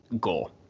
goal